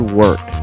work